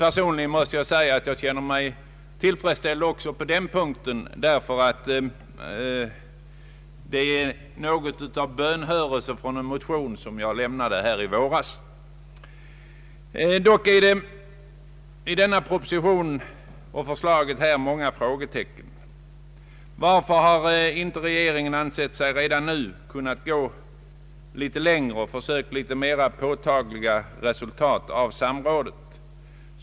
Personligen måste jag säga att jag känner mig tillfredsställd också på den punkten, ty det innebär något av en bönhörelse med avseende på en motion som jag väckte i våras. Emellertid finns det många frågetecken. Varför har inte regeringen ansett sig redan nu kunna gå litet längre och försökt få mera påtagliga resultat av samrådet?